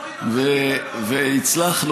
פה מתכננים להוריד אותך ליגה בעוד והצלחנו